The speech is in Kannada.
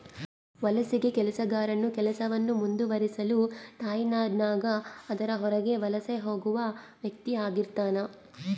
ವಲಸಿಗ ಕೆಲಸಗಾರನು ಕೆಲಸವನ್ನು ಮುಂದುವರಿಸಲು ತಾಯ್ನಾಡಿನಾಗ ಅದರ ಹೊರಗೆ ವಲಸೆ ಹೋಗುವ ವ್ಯಕ್ತಿಆಗಿರ್ತಾನ